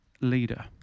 leader